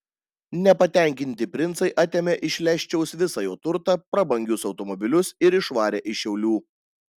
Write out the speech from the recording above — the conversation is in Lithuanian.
nepatenkinti princai atėmė iš leščiaus visą jo turtą prabangius automobilius ir išvarė iš šiaulių